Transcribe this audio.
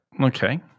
Okay